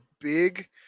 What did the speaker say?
big